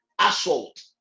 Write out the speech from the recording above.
assault